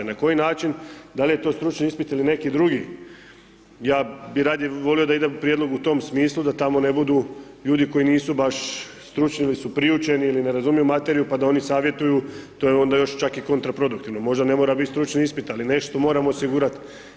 Na koji način, dal' je to stručni ispit ili neki drugi, ja bi radije volio da ide prijedlog u tom smislu, da tamo ne budu ljudi koji nisu baš stručni ili su priučeni ili ne razumiju materiju pa da oni savjetuju, to je onda još čak i kontraproduktivno, možda ne mora biti stručni ispit ali nešto moramo osigurati.